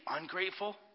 ungrateful